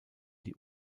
die